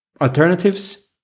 alternatives